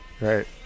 Right